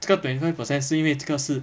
这个 twenty five percent 是因为这个是